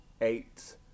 eight